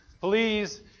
please